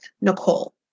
Nicole